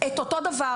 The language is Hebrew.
עשינו אותו דבר